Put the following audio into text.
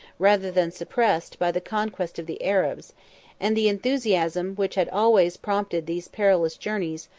rather than suppressed, by the conquest of the arabs and the enthusiasm which had always prompted these perilous journeys,